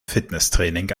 fitnesstraining